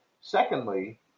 Secondly